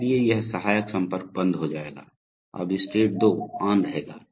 इसलिए यह सहायक संपर्क बंद हो जाएगा अब स्टेट 2 ऑन रहेगा